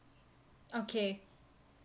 okay